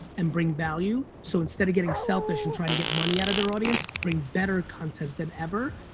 and bring value, so instead of getting selfish and trying to get money out of their audience, bring better content than ever,